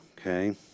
okay